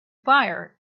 fire